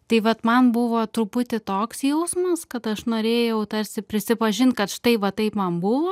tai vat man buvo truputį toks jausmas kad aš norėjau tarsi prisipažint kad štai va taip man buvo